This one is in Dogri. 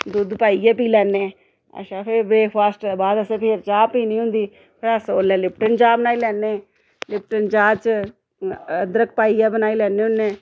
दुद्ध पाइयै पी लैन्ने अच्छा फिर ब्रेकफास्ट दे बाद असें फिर चाह् पीनी होंदी फिर अस ओल्लै लिप्टन चाह् बनाई लैन्ने लिप्टन चाह् च अदरक पाइयै बनाई लैन्ने होन्ने